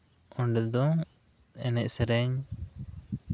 ᱚᱸᱰᱮ ᱫᱚ ᱮᱱᱮᱡᱼᱥᱮᱨᱮᱧ